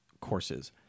courses